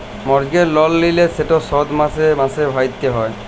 mortgage লল লিলে সেট শধ মাসে মাসে ভ্যইরতে হ্যয়